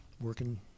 working